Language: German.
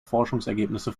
forschungsergebnisse